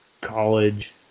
college